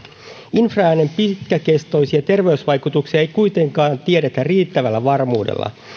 infraäänen pitkäkestoisia terveysvaikutuksia ei kuitenkaan tiedetä riittävällä varmuudella